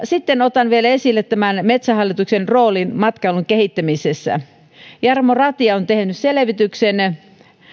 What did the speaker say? sitten otan esille vielä tämän metsähallituksen roolin matkailun kehittämisessä jarmo ratia on tehnyt selvityksen